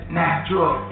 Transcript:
natural